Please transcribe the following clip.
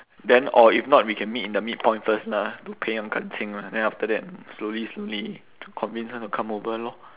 then or if not we can meet in the midpoint first lah to 培养感情 lah then after that slowly slowly convince her to come over lor